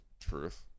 truth